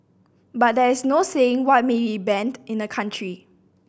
but there is no saying what may be banned in a country